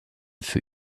für